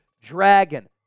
Dragon